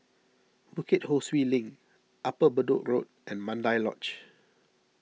Bukit Ho Swee Link Upper Bedok Road and Mandai Lodge